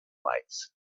lights